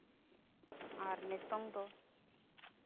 ᱟᱨ ᱱᱤᱛᱳᱝ ᱫᱚ